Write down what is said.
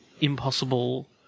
impossible